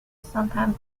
sometimes